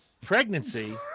Pregnancy